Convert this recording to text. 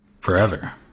forever